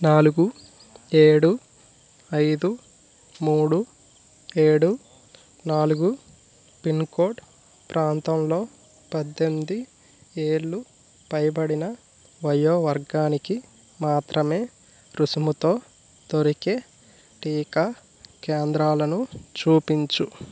నాలుగు ఏడు ఐదు మూడు ఏడు నాలుగు పిన్కోడ్ ప్రాంతంలో పద్దెనిమిది ఏళ్ళు పైబడిన వయో వర్గానికి మాత్రమే రుసుముతో దొరికే టీకా కేంద్రాలను చూపించు